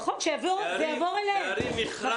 נכון, להעביר את זה אליהם.